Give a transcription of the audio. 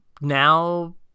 now